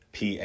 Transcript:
PA